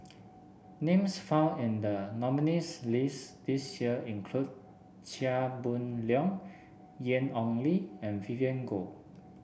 names found in the nominees' list this year include Chia Boon Leong Yan Ong Li and Vivien Goh